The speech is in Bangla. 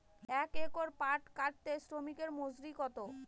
এক একর পাট কাটতে শ্রমিকের মজুরি কত?